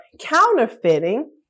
counterfeiting